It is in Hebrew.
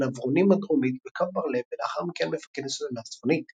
"נברונים" הדרומית בקו בר-לב ולאחר מכן מפקד הסוללה הצפונית.